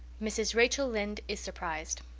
mrs. rachel lynde is surprised